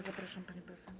Zapraszam, pani poseł.